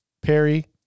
Perry